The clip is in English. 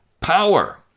power